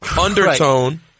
undertone